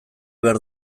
behar